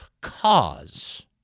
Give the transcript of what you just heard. cause